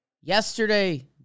yesterday